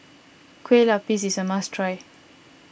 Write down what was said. Kue Lupis is a must try